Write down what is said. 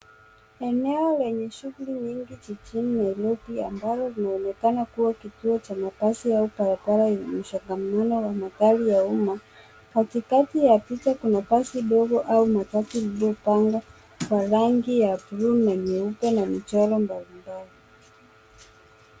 Eneo hilo linaonyesha shughuli nyingi chini ya walinzi wa ndege, ambapo linaonekana kuwa kituo cha mabasi au barabara yenye msongamano wa magari ya umma. Katikati ya picha kuna basi kubwa au mabasi yaliyopangwa, ya rangi ya bluu yenye upepo na michoro mbalimbali.